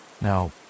now